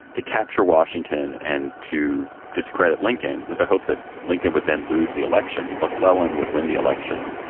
to capture washington and to discredit lincoln with the hope that lincoln would then lose the election. mcclellan would win the election.